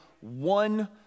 one